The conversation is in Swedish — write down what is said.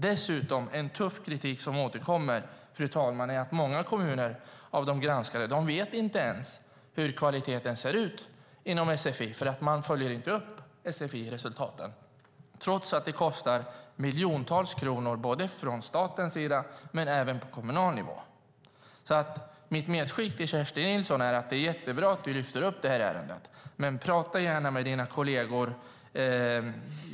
Dessutom finns det en tuff kritik som återkommer, fru talman, mot att många kommuner av de granskade inte ens vet hur kvaliteten ser ut inom sfi eftersom de inte följer upp resultaten trots att sfi kostar miljontals kronor både för staten och för kommunerna. Mitt medskick till Kerstin Nilsson är att det är jättebra att du lyfter upp ärendet, men prata gärna med dina kolleger!